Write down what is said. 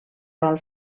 rol